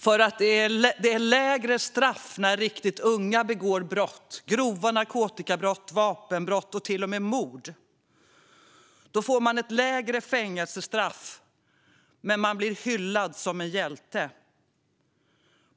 Det är ju lägre straff när riktigt unga begår brott - grova narkotikabrott, vapenbrott, till och med mord. Då får man ett lägre fängelsestraff, men man blir hyllad som en hjälte.